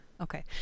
Okay